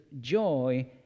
joy